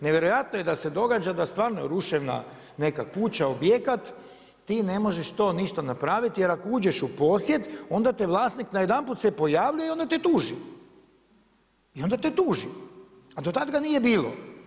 Nevjerojatno je da se događa da stvarno ruševna neka kuća, objekat, ti ne možeš to ništa napraviti jer ako uđeš u posjed onda te vlasnik, najedanput se pojavljuje i onda te tuži, i onda te tuži a do tada ga nije bilo.